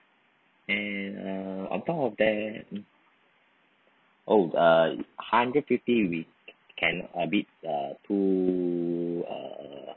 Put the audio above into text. and uh on top of that oh uh hundred fifty we can a bit err too err